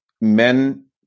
men